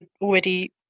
already